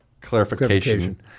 Clarification